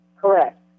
Correct